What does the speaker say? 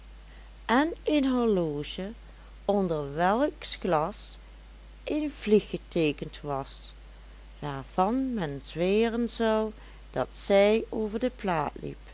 en een horloge onder welks glas een vlieg geteekend was waarvan men zweren zou dat zij over de plaat liep